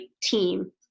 team